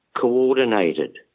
coordinated